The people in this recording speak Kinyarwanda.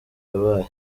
yabaye